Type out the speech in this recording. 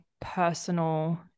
personal